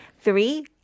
Three